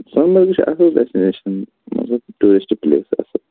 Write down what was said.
سۄنہٕ مرگہٕ چھِ اَصٕل ڈیسٹِنیٚشن سۅ چھِ ٹیٛوٗرسٹہٕ پُلیس اَصٕل